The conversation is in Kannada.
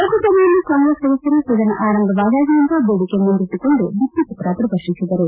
ಲೋಕಸಭೆಯಲ್ಲಿ ಕಾಂಗ್ರೆಸ್ ಸದಸ್ಟರು ಸದನ ಆರಂಭವಾದಾಗಿನಿಂದ ಬೇಡಿಕೆ ಮುಂದಿಟ್ಟುಕೊಂಡು ಬಿತ್ತಿಪತ್ರ ಪ್ರದರ್ಶಿಸಿದರು